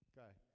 Okay